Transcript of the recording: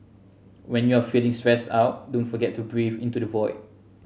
when you are feeling stressed out don't forget to breathe into the void